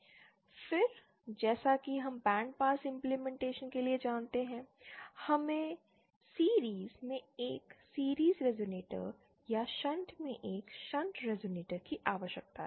फिर जैसा कि हम बैंडपास इमप्लीमेनटेशन के लिए जानते हैं हमें सीरिज़ में एक सीरिज़ रिजोनेटर या शंट में एक शंट रिजोनेटर की आवश्यकता है